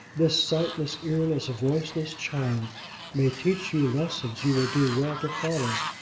this sightless, earless, voiceless child may teach you lessons you will do well to follow.